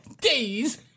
Days